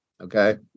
Okay